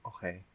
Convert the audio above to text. Okay